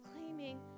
claiming